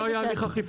בוא נגיד ככה,